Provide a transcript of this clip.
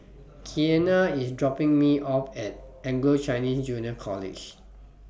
Keanna IS dropping Me off At Anglo Chinese Junior College